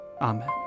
Amen